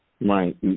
Right